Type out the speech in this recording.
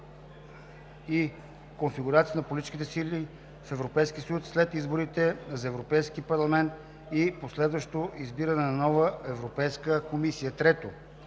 и конфигурацията на политическите сили в Европейския съюз след изборите за Европейски парламент и последващото избиране на нова Европейска комисия. Трето,